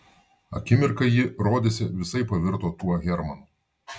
akimirką ji rodėsi visai pavirto tuo hermanu